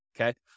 okay